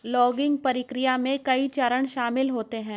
logging प्रक्रिया में कई चरण शामिल होते है